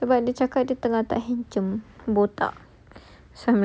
sebab dia cakap dia tengah terhincut botak